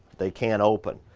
they can't open.